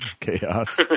Chaos